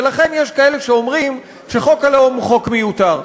ולכן יש כאלה שאומרים שחוק הלאום הוא חוק מיותר.